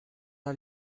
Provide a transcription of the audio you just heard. all